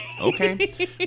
Okay